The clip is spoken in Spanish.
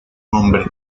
nombre